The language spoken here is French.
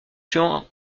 suivant